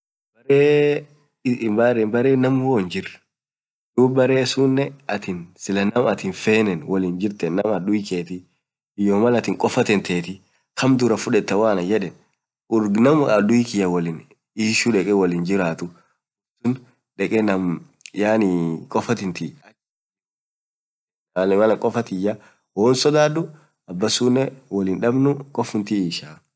baree naam woyyu hinjir duub barre suunen naamatiin hinfenenn wollin jirteen, naam hadui ketii malatin kofaa teeti kaam duraa fudetaa hoo anan yedeen, urr naam naam hadui kiyyatin woliinishii wolin jiratu afadhalin kofaa tiyy woyyu hinsodaduu aminen wollumaan ishinaa, woal hindabnuu kofum tiyy ishaa.